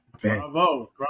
Bravo